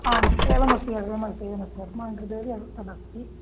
आम् एवमस्ति एवमस्ति एवमस्ति अस्माकं कृतेपि तदस्ति